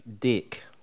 Dick